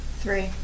Three